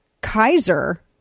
Kaiser